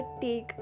take